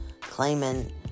claiming